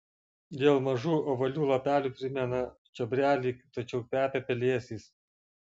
dėl mažų ovalių lapelių primena čiobrelį tačiau kvepia pelėsiais